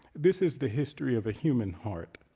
this is the history of a human heart.